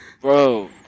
Bro